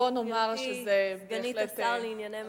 גברתי סגנית השר לענייני מעמד האשה,